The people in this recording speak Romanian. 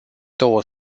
două